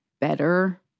better